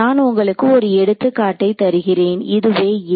நான் உங்களுக்கு ஒரு எடுத்துக்காட்டை தருகிறேன் இதுவே a